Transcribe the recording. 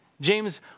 James